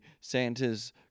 santa's